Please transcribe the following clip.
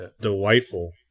delightful